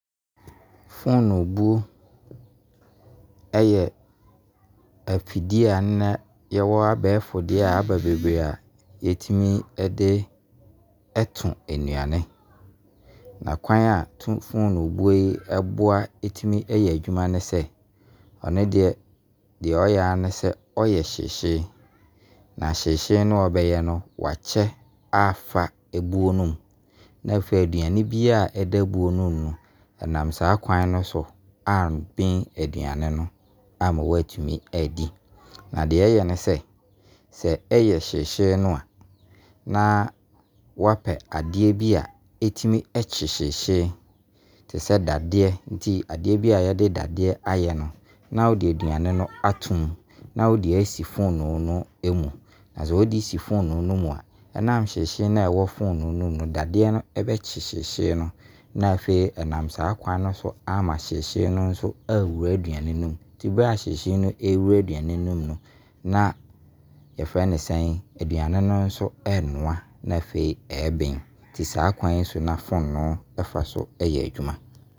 Fonobuo yɛ afidie a nnɛ yɛwɔ abɛɛfo deɛ a aba bebree a, nnɛ yɛtumi de to nnuane. Na kwan a fonobuo yi boa ɛtumi ɛyɛ adwuma ne sɛ, ɔno deɛ deɛ ɔyɛ a ne sɛ ɔyɛ hyeehyeehye. Na hyehyee no a ɔbɛyɛ no, wakyɛ afa ɛbuo no mu. Na afei aduane biara ɛda buo no mu no ɛnam saa kwan no so abene aduane no ama wo atumi adi. Na deɛ ɛyɛ ne sɛ ɛyɛ hyehyee no a na woapɛ adeɛ bi a ɛtumi kye hyehyee te sɛ dadeɛ. Nti adeɛ bi a yɛde dadeɛ ayɛ no na wo de aduane no ato mu na wo de asi fonoo no mu. Na sɛ wo de si fonoo no mu a, ɛnam hyehyee no a ɛwɔ fonoo no mu no dadeɛ no bɛkye hyehyee no. Na afei ɛnam saa kwan no so ama hyehyee no nso awura aduane no mu. Nti berɛ a hyehyee no ɛwura aduane no mu no, na yɛfrɛ no sɛn? Aduane no nso ɛnoa na afei ɛbene. Nti saa kwan yi so na fonoo fa so ɛyɛ adwuma.